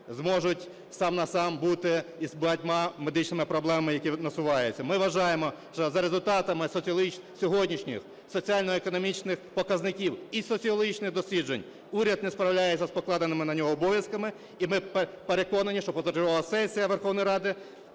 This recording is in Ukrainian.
зможуть сам на сам бути із багатьма медичними проблемами, які насуваються. Ми вважаємо, що за результатами сьогоднішніх соціально-економічних показників і соціологічних досліджень уряд не справляється з покладеними на нього обов'язками, і ми переконані, що позачергова сесія Верховної Ради